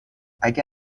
اگه